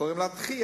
קוראים לה התחיה.